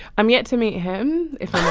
i'm yet to meet him, if